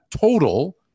total